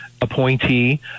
appointee